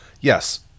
yes